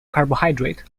carbohydrate